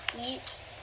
Eat